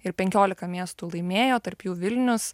ir penkiolika miestų laimėjo tarp jų vilnius